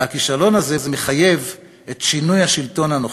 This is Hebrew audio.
והכישלון הזה מחייב את שינוי השלטון הנוכחי.